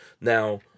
now